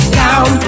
down